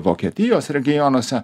vokietijos regionuose